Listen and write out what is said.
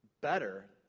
better